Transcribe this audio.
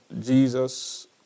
Jesus